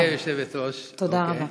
תודה רבה.